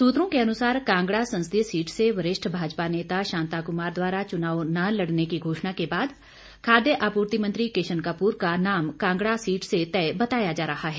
सूत्रों के अनुसार कांगड़ा संसदीय सीट से वरिष्ठ भाजपा नेता शांताकुमार द्वारा चुनाव न लड़ने की घोषणा के बाद खाद्य आपूर्ति मंत्री किशन कपूर का नाम कांगड़ा सीट से तय बताया जा रहा है